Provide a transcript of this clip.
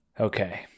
Okay